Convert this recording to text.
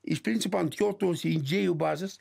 iš principo ant jo tos idėjų bazės